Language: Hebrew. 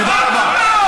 תודה רבה.